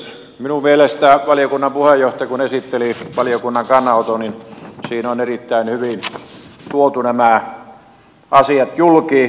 minun mielestäni valiokunnan puheenjohtajan esittelemässä valiokunnan kannanotossa on erittäin hyvin tuotu nämä asiat julki